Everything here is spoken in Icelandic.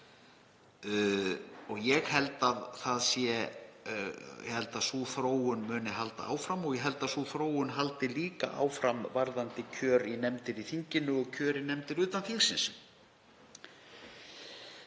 20, 30 eða 40 árum. Ég held að sú þróun muni halda áfram og ég held að sú þróun haldi líka áfram varðandi kjör í nefndir í þinginu og kjör í nefndir utan þingsins.